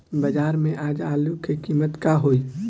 बाजार में आज आलू के कीमत का होई?